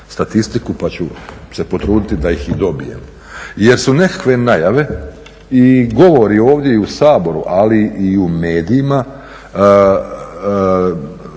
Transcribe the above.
u DZS-u pa ću se potruditi da ih i dobijem. Jer su nekakve najave i govori ovdje u Saboru ali i u medijima